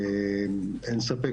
אין ספק